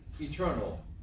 eternal